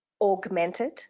augmented